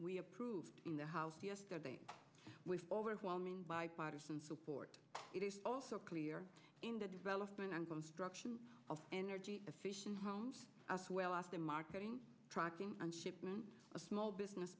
we approved in the house yesterday with overwhelming bipartisan support it is also clear in the development and construction of energy efficient homes as well as the marketing tracking and shipment of small business